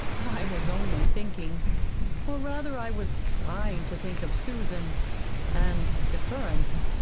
i was only thinking or rather i was trying to think of susan and deference,